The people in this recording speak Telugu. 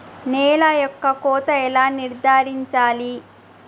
నేల యొక్క కోత ఎలా నిర్ధారించాలి?